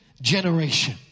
generation